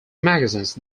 magazines